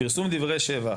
"פרסום דברי שבח,